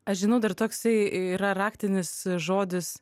aš žinau dar toksai yra raktinis žodis